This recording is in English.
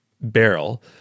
barrel